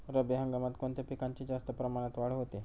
रब्बी हंगामात कोणत्या पिकांची जास्त प्रमाणात वाढ होते?